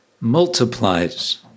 multiplies